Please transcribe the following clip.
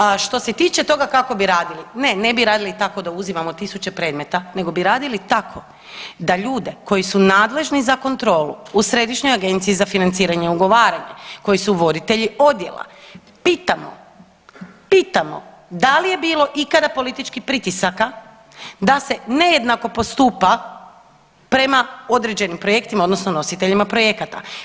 A što se tiče toga kako bi radili, ne, ne bi radili tako da uzimamo tisuće predmeta nego bi radili tako da ljude koji su nadležni za kontrolu u Središnjoj agenciji za financiranje i ugovaranje, koji su voditelji odjela pitamo, pitamo da li je bilo ikada političkih pritisaka da se nejednako postupa prema određenim projektima odnosno nositeljima projekata.